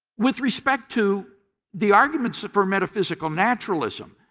with respect to the arguments from metaphysical naturalism,